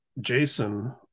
Jason